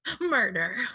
murder